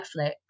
Netflix